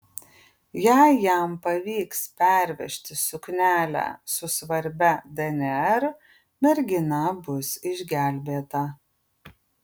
jei jam pavyks pervežti suknelę su svarbia dnr mergina bus išgelbėta